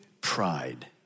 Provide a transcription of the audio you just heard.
pride